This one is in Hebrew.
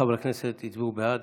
ארבעה חברי כנסת הצביעו בעד,